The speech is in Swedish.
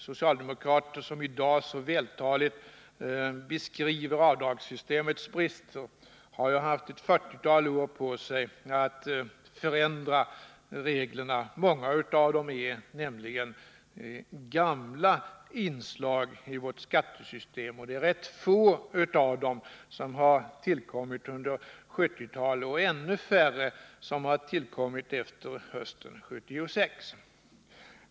Socialdemokrater som i dag så vältaligt beskriver avdragssystemets brister har haft ett fyrtiotal år på sig att förändra reglerna. Många av dem är nämligen gamla inslag i vårt skattesystem, och det är rätt få av dem som har tillkommit under 1970-talet och ännu färre som har tillkommit efter hösten 1976.